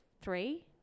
three